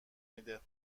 میده